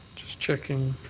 just checking.